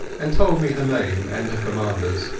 and told me her name and her commanderas,